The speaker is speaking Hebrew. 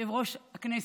יושב-ראש הכנסת,